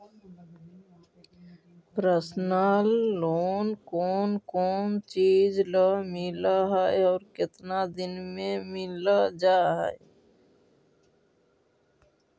Personal loan कोन कोन चिज ल मिल है और केतना दिन में मिल जा है?